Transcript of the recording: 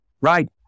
right